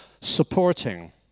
supporting